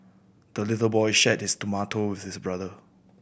the little boy shared his tomato with his brother